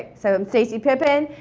so, i'm stacy pippen.